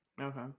Okay